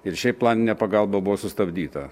ir šiaip planinė pagalba buvo sustabdyta